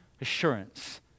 assurance